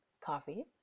coffee